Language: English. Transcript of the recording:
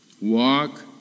walk